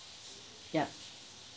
ya